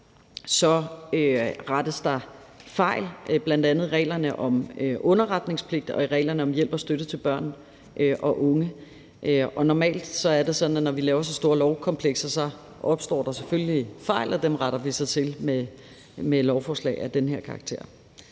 der rettes fejl, bl.a. i reglerne om underretningspligt og i reglerne om hjælp og støtte til børn og unge. Normalt er det sådan, at når vi laver så store lovkomplekser, opstår der selvfølgelig fejl, og dem retter vi så til med lovforslag af den her karakter.